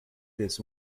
this